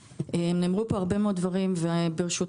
נאמרו פה הרבה מאוד דברים וברשותך,